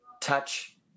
touch